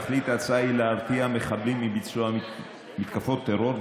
תכלית ההצעה היא להרתיע מחבלים מביצוע מתקפות טרור,